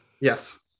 yes